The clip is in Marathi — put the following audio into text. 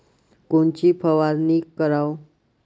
कोनची फवारणी कराव?